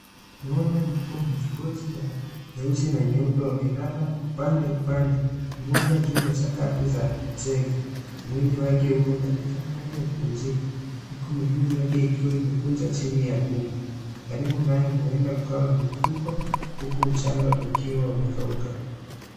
Ngombe mkubwa mwenye ngozi ya nyeusi na nyeupe wamelala upande upande mmoja juu ya sakafu za zege. Mwili wake uko katika hali ya kupumzika huku miguu yake ikiwa imekunjwa chini ya tumbo karibu nae huenda kukawa na mifuko huku mchanga ukiwa umekauka.